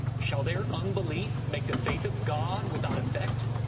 shall their unbelief make the faith of god without effect?